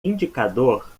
indicador